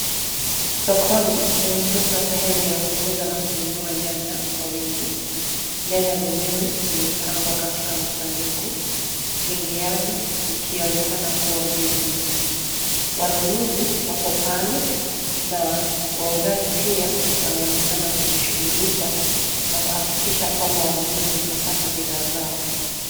Sokoni hususan sehemu ya kuuza na kununua nyanya kwa wingi. Nyanya zenyewe zimepangwa katika masanduku, zingi yazo zikionekana kuwa mbivu. Wanunuzi wapo pale na wauzaji wanaonekana kujishughulisha na kuhakikisha kwamba wanunuzi wamepata bidhaa zao.